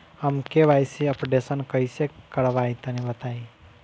हम KYC updation कइसे करवाई तनि बताई?